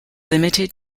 limited